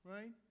Right